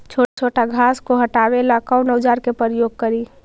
छोटा छोटा घास को हटाबे ला कौन औजार के प्रयोग करि?